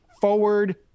forward